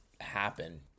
happen